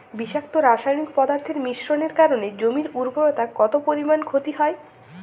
বিষাক্ত রাসায়নিক পদার্থের মিশ্রণের কারণে জমির উর্বরতা কত পরিমাণ ক্ষতি হয়?